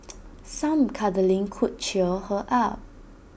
some cuddling could cheer her up